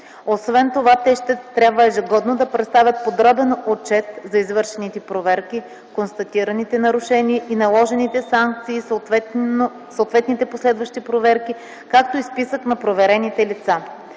Освен това те ще трябва ежегодно да представят подробен отчет за извършените проверки, констатираните нарушения и наложените санкции, съответните последващи проверки, както и списък на проверените лица.